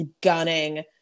gunning